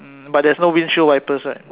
mm but there's no windshield wipers right